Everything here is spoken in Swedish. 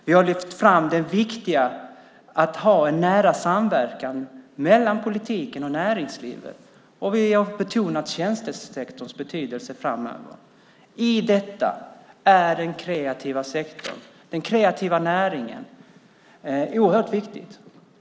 Vi har lyft fram det viktiga i att ha en nära samverkan mellan politiken och näringslivet, och vi har betonat tjänstesektorns betydelse framöver. I detta är den kreativa sektorn, den kreativa näringen, oerhört viktig.